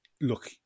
look